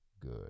good